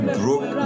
broke